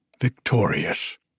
victorious